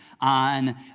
on